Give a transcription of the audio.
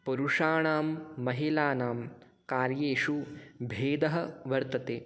पुरुषाणां महिलानां कार्येषु भेदः वर्तते